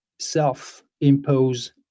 self-impose